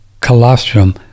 Colostrum